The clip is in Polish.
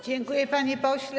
Dziękuję, panie pośle.